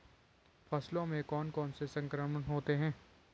फसलों में कौन कौन से संक्रमण होते हैं?